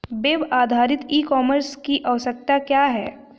Web आधारित e commerce की आवश्यकता क्या है?